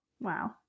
Wow